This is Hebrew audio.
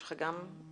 יש לך גם מצגת.